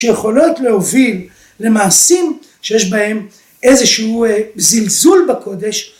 שיכולות להוביל למעשים שיש בהם איזשהו זלזול בקודש